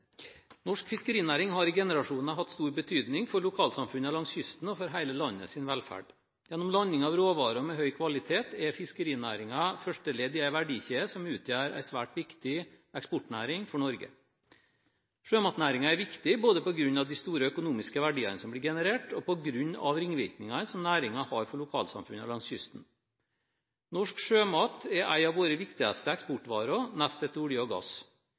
Norsk fiskerinæring har i generasjoner hatt stor betydning for lokalsamfunnene langs kysten og for hele landets velferd. Gjennom landing av råvarer med høy kvalitet er fiskerinæringen første ledd i en verdikjede som utgjør en svært viktig eksportnæring for Norge. Sjømatnæringen er viktig både på grunn av de store økonomiske verdiene som blir generert, og på grunn av ringvirkningene næringen har for lokalsamfunnene langs kysten. Norsk sjømat er en av våre viktigste eksportvarer, nest etter olje og gass.